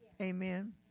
Amen